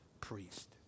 priest